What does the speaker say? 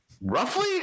Roughly